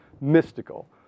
mystical